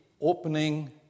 opening